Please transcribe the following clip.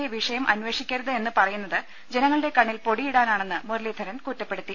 A വിഷയം അന്വേഷിക്കരുത് എന്ന് പറയുന്നത് ജനങ്ങളുടെ കണ്ണിൽ പൊടിയിടാനാണെന്ന് മുരളീധരൻ കുറ്റപ്പെടുത്തി